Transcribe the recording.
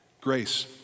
Grace